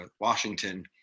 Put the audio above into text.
Washington